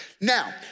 Now